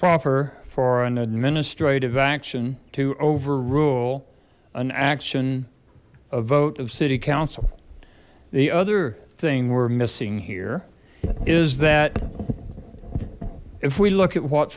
proper for an administrative action to overrule an action a vote of city council the other thing we're missing here is that if we look at what